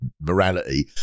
morality